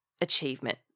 achievement